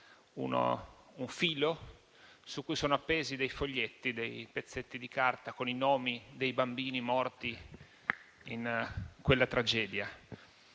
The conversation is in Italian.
un filo su cui sono appesi dei foglietti di carta con i nomi dei bambini morti in quella tragedia.